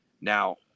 Now